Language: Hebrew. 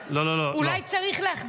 אולי צריך להחזיר את זה.